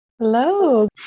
Hello